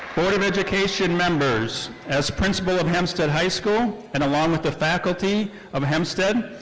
board of education members, as principal of hempstead high school, and along with the faculty of hempstead,